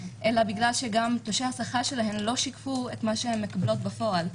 אלא גם בגלל שגם תלושי השכר שלהן לא שיקפו את מה שהן מקבלות בפועל.